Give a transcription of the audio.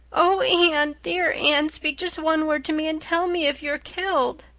oh, anne, dear anne, speak just one word to me and tell me if you're killed.